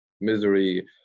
misery